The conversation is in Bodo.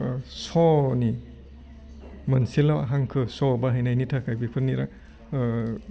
स'नि मोनसेल' हांखो स' बाहायनायनि थाखाय बेफोरनि